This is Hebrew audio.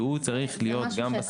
הוא צריך להיות גם בשכר.